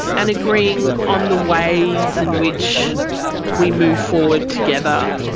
and agreeing on the ways in which we move forward together.